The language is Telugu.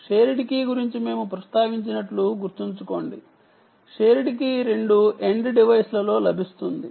షేర్డ్ కీ గురించి మేము ప్రస్తావించినట్లు గుర్తుంచుకోండి షేర్డ్ కీ రెండు ఎండ్ డివైస్ లలో లభిస్తుంది